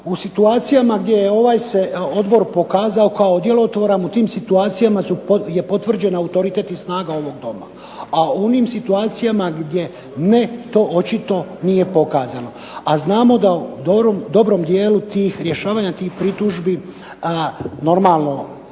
u situacijama gdje je ovaj se odbor pokazao kao djelotvoran u tim situacijama je potvrđen autoritet i snaga ovog Doma. A u onim situacijama gdje ne to očito nije pokazano. A znamo da u dobrom dijelu rješavanja tih pritužbi, normalno